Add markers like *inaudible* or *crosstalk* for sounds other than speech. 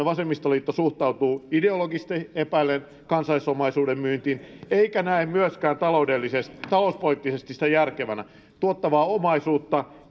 *unintelligible* vasemmistoliitto suhtautuu ideologisesti epäillen kansallisomaisuuden myyntiin eikä näe sitä myöskään talouspoliittisesti järkevänä tuottavaa omaisuutta